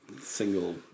single